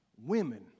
women